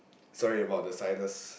sorry about the sinus